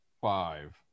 Five